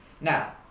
Now